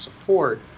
support